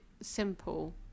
simple